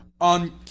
on